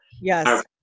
Yes